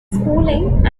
schooling